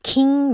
King